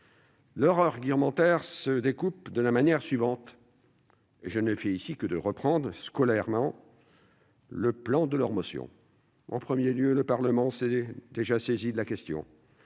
Leur argumentaire se découpe de la manière suivante, et je ne fais ici que reprendre, scolairement, le plan de leur motion : le Parlement s'est déjà saisi de la question